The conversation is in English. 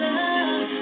love